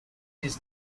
his